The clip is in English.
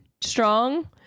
strong